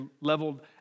leveled